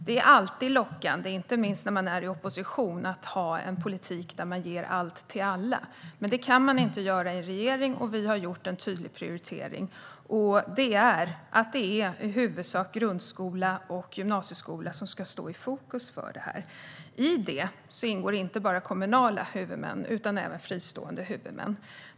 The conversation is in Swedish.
Det är alltid lockande - inte minst när man är i opposition - att ha en politik där man ger allt till alla. Men så kan man inte göra i en regering, och vi har gjort en tydlig prioritering. Det är att det i huvudsak är grundskolan och gymnasieskolan som ska stå i fokus. Där ingår inte bara kommunala huvudmän utan även fristående huvudmän.